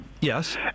Yes